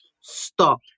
stop